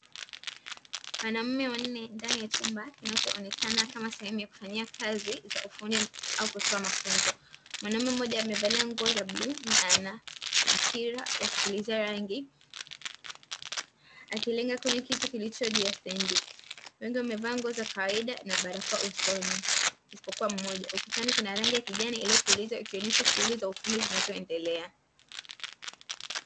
Wanaume wanne ndani ya chumba kinachoonekana kama sehemu ya kufanyia kazi za ufundi, au kutoa mafunzo. Mwanaume mmoja amevalia nguo za bluu, na ana mpira ya kupulizia rangi, akilenga kwenye kitu kilicho juu ya stendi. Wengi wamevaa nguo za kawaida na barakoa usoni, isipokuwa mmoja. Ukutani kuna rangi ya kijani iliyopulizwa, ikionyesha shughuli za ufundi zinazoendelea.